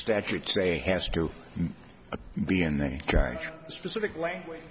statute say has to be in the specific language